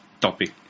topic